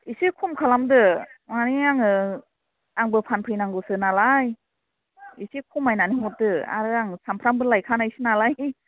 एसे खम खालामदो माने आङो आंबो फानफैनांगौसो नालाय एसे खमायनानै हरदो आरो आं सानफ्रोमबो लायखानायसो नालाय